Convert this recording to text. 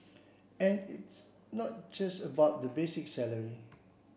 and it's not just about the basic salary